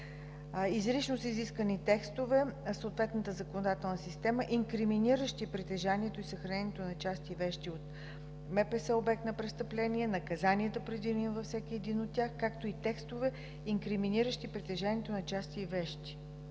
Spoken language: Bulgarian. Изрично са изискани текстове в съответната законодателна система, инкриминиращи притежанието и съхранението на части и вещи от МПС – обект на престъпление, наказанията, предвидени за всеки един от тях, както и текстове, инкриминиращи притежанието на части и вещи